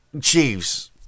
Chiefs